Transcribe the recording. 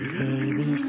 baby